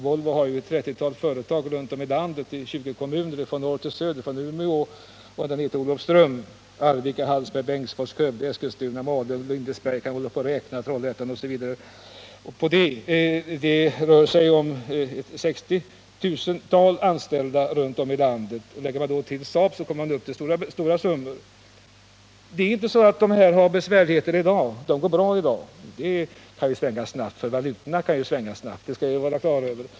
Volvo har ett 30-tal företag runt om i landet i 20 kommuner från norr till söder — från Umeå och ända ner till Olofström: i Arvika, Hallsberg, Bengtsfors, Skövde, Eskilstuna, Malung, Lindesberg, Trollhättan osv. Och det rör sig om 60 000 anställda i dessa olika företag. Lägger man sedan till Saab kommer man upp till ett stort antal människor. De här företagen har inte besvärligheter i dag. De går bra nu. Det kan svänga snabbt, eftersom valutorna kan ändras snabbt — det skall vi ha klart för oss.